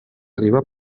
arriba